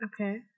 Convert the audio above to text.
Okay